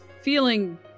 feeling